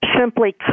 simply